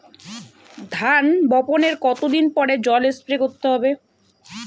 ধান বপনের কতদিন পরে জল স্প্রে করতে হবে?